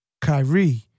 Kyrie